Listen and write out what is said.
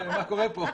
מה קורה כאן?